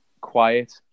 quiet